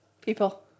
people